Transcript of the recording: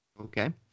Okay